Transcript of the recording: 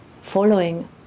following